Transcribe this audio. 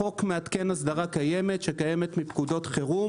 החוק מעדכן הסדרה קיימת שקיימת מפקודות חירום.